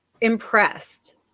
impressed